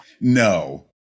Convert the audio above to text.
no